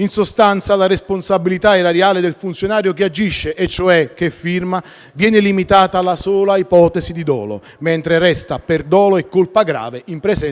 In sostanza, la responsabilità erariale del funzionario che agisce - e cioè che firma - viene limitata alla sola ipotesi di dolo, mentre resta per dolo e colpa grave in presenza di omissioni.